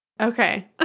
okay